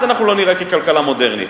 אז אנחנו לא ניראה ככלכלה מודרנית.